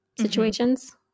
situations